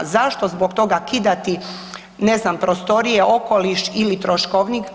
Zašto zbog toga kidati, ne znam, prostorije, okoliš ili troškovnik.